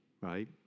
Right